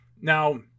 Now